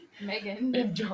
Megan